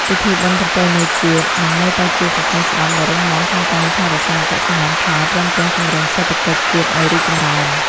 ពិធីបុណ្យប្រពៃណីជាតិនឹងនៅតែជាសសរស្តម្ភដ៏រឹងមាំក្នុងការថែរក្សាអត្តសញ្ញាណខ្មែរ ព្រមទាំងជំរុញសេដ្ឋកិច្ចជាតិឱ្យរីកចម្រើន។